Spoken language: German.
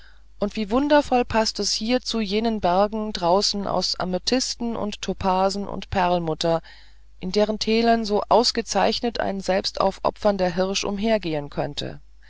und wie wundervoll paßt das hier zu jenen bergen draußen aus amethysten und topasen und perlmutter in deren tälern so ausgezeichnet ein selbstaufopfernder hirsch umhergehen könnte